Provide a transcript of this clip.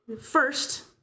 first